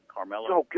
Carmelo